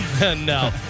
No